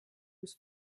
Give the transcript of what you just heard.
was